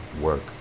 work